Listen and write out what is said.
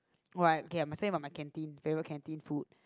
what okay I will say my my canteen favourite canteen food